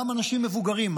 גם אנשים מבוגרים.